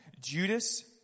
Judas